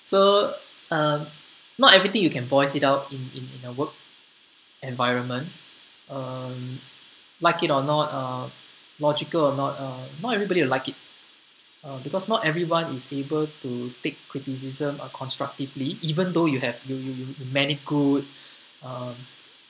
so uh not everything you can voice it out in in a work environment um like it or not uh logical or not uh not everybody will like it uh because not everyone is able to take criticism uh constructively even though you have you you meant it good um